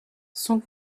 sont